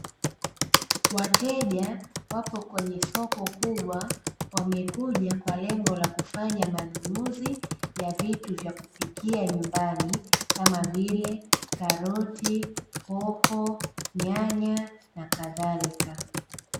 Wateja wapo kwenye soko kubwa, wamekuja kwa lengo la kufanya manununzi, ya vitu vya kupikia nyumbani, kama vile: karoti, hoho, nyanya na kadhalika.